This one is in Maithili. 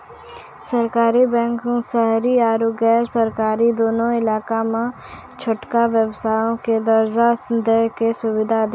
सहकारी बैंक शहरी आरु गैर शहरी दुनू इलाका मे छोटका व्यवसायो के कर्जा दै के सुविधा दै छै